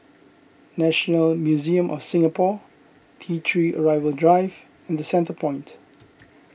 National Museum of Singapore T three Arrival Drive and the Centrepoint